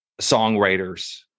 songwriters